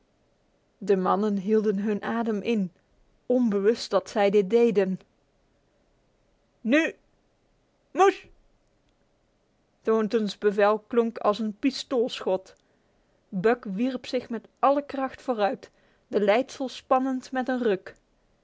de mannen hielden hun adem in onbewust dat zij dit deden nu mush thornton's bevel klonk als een pistoolschot buck wierp zich met alle kracht vooruit de leidsels spannend met een ruk